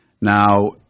Now